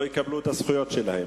את הזכויות שלהם.